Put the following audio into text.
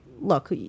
look